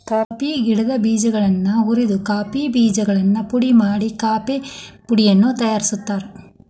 coffee ಗಿಡದ ಬೇಜಗಳನ್ನ ಹುರಿದ ಕಾಫಿ ಬೇಜಗಳನ್ನು ಪುಡಿ ಮಾಡಿ ಕಾಫೇಪುಡಿಯನ್ನು ತಯಾರ್ಸಾತಾರ